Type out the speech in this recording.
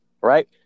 right